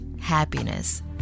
happiness